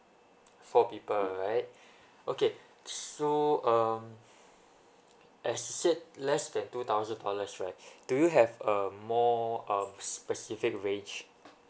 four people right okay so um as said less than two thousand dollars right do you have a more uh specific rage